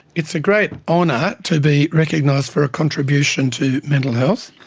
it's a great honour to be recognised for a contribution to mental health.